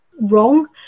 wrong